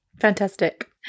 fantastic